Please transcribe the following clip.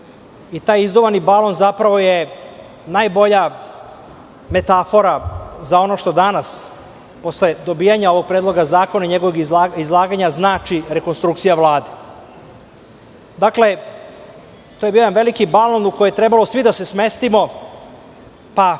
i taj izduvani balon zapravo je najbolja metafora za ono što danas, posle dobijanja ovog predloga zakona i njegovog izlaganja, znači rekonstrukcija Vlade. To je bio jedan veliki balon u koji je trebalo svi da se smestimo, pa